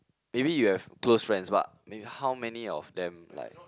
maybe you have close friends but maybe how many of them like